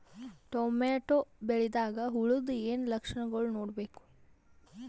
Tomato ಬೆಳಿದಾಗ್ ಹುಳದ ಏನ್ ಲಕ್ಷಣಗಳು ನೋಡ್ಬೇಕು?